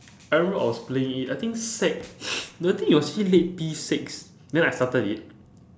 I remember I was playing it I think sec no I think it was actually late P six then I started it